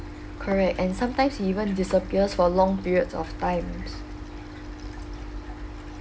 correct and sometimes he even disappears for long periods of times